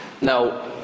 Now